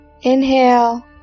inhale